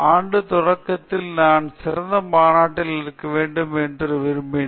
எனவே இந்த ஆண்டு தொடக்கத்தில் நான் சிறந்த மாநாட்டில் இருக்க வேண்டும் என்று என் பகுதியில் ஒரு மாநாட்டில் சென்றார்